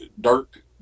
dark